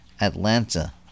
Atlanta